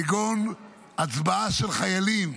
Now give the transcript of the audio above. כגון הצבעה של חיילים,